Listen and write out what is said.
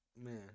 Man